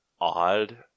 odd